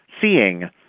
Seeing